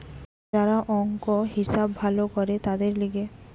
যারা অংক, হিসাব ভালো করে তাদের লিগে